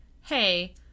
Hey